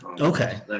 Okay